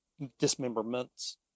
dismemberments